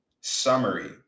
summary